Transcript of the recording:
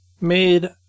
made